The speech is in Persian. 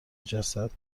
جسد